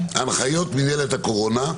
הנחיות מינהלת הקורונה.